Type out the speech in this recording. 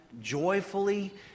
joyfully